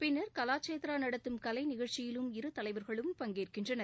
பின்னர் கலாச்சேத்ரா நடத்தும் கலை நிகழ்ச்சியிலும் இரு தலைவர்களும் பஙகேற்கின்றனர்